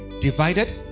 divided